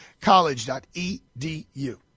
college.edu